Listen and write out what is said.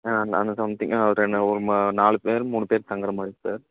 ஆ அந்த அந்த சம்திங் நாலு பேர் மூணு பேர் தங்கற மாதிரி சார்